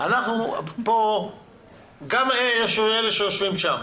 גם אלה שיושבים שם,